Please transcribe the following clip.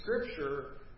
Scripture